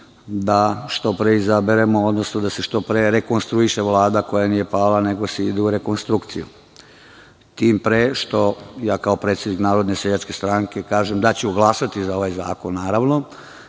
da što pre izaberemo, odnosno da se što pre rekonstruiše Vlada koja nije pala, nego se ide u rekonstrukciju, tim pre što ja kao predsednik Narodne seljačke stranke kažem da ću glasati za ovaj zakon, naravno,